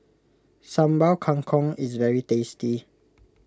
Sambal Kangkong is very tasty